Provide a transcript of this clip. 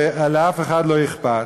ולאף אחד לא אכפת.